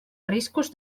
riscos